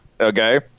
Okay